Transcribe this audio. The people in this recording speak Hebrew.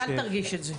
אז אל תרגיש את זה,